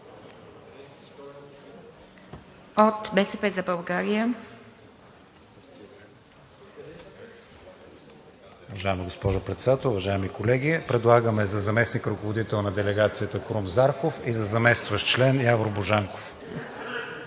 От „БСП за България“.